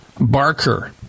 Barker